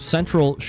Central